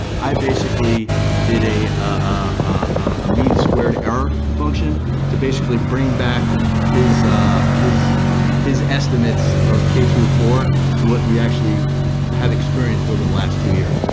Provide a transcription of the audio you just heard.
i basically did a ah means squared error function to basically bring back his his estimates of k through four to what we actually have experienced over the last two years.